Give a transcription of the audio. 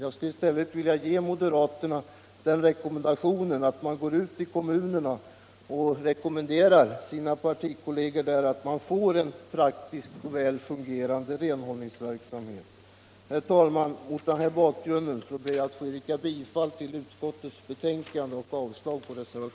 Jag skulle i stället vilja ge moderaterna det rådet att de går ut till kommunerna och rekommenderar sina partikolleger där att skapa en praktisk och väl fungerande renhållningsverksamhet.